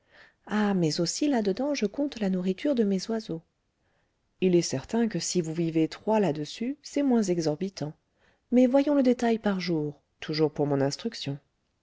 ah mais aussi là-dedans je compte la nourriture de mes oiseaux il est certain que si vous vivez trois là-dessus c'est moins exorbitant mais voyons le détail par jour toujours pour mon instruction